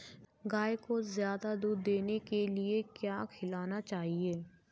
गाय को ज्यादा दूध देने के लिए क्या खिलाना चाहिए?